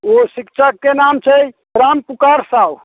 ओ शिक्षकके नाम छै रामपुकार साउ